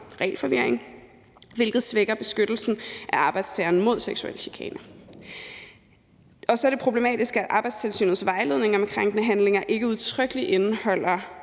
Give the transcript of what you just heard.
regelforvirring, hvilket svækker beskyttelsen af arbejdstageren mod seksuel chikane. Og så er det problematisk, at Arbejdstilsynets vejledning om krænkende handlinger ikke udtrykkeligt indeholder